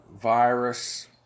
virus